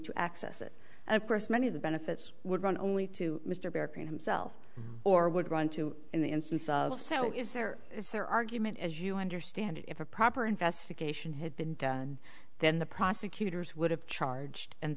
to access it and of course many of the benefits would run only to mr barak himself or would run to in the instance of so is there is there argument as you understand it if a proper investigation had been done then the prosecutors would have charged and